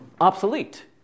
obsolete